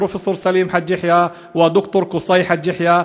פרופ' סלים חאג' יחיא וד"ר קוסאי חאג' יחיא.